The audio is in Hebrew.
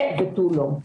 זה ותו לא.